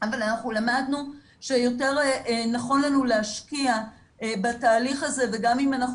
אבל אנחנו למדנו שיותר נכון לנו להשקיע בתהליך הזה וגם אם אנחנו